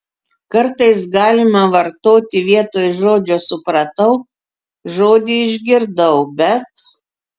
kartais galima vartoti vietoj žodžio supratau žodį išgirdau bet